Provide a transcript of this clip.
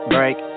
Break